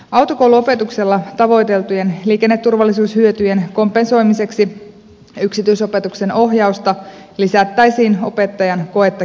autokouluopetuksella tavoiteltujen liikenneturvallisuushyötyjen kompensoimiseksi yksityisopetuksen ohjausta lisättäisiin opettajan koetta kehittämällä